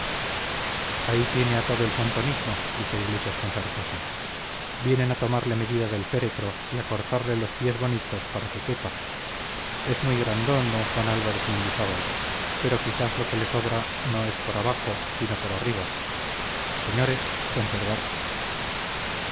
ahí tiene a todo el santonismo dijo iglesias con sarcasmo vienen a tomarle medida del féretro y a cortarle los pies bonitos para que quepa es muy grandón d juan álvarez mendizábal pero quizás lo que le sobra no es por abajo sino por arriba señores conservarse